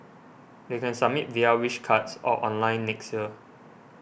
they can submit via Wish Cards or online next year